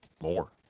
More